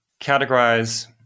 categorize